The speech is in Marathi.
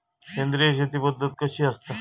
सेंद्रिय शेती पद्धत कशी असता?